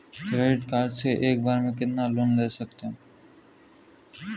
Credit card से एक बार में कितना लोन ले सकते हैं?